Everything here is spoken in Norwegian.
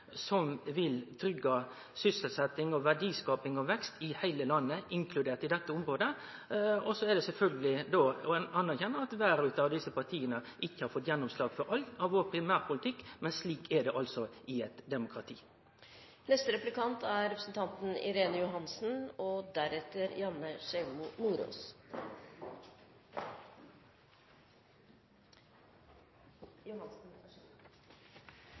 som vil tryggje sysselsetjing, verdiskaping og vekst i heile landet, inkludert på dette området. Ein godtek at ikkje alle desse partia har fått gjennomslag for alt av sin primærpolitikk, men slik er det altså i eit demokrati. Jeg la merke til at representanten la vekt på påplussingen til vei i forslaget til budsjett fra Høyre–Fremskrittsparti-regjeringen, og